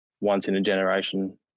once-in-a-generation